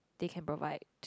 they can provide